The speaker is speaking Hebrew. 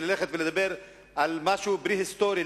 וללכת ולדבר על משהו פרה-היסטורי,